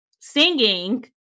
singing